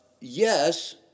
Yes